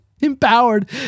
Empowered